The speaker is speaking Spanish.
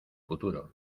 futuro